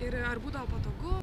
ir būdavo patogu